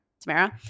Tamara